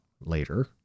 later